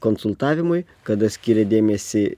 konsultavimui kada skiri dėmesį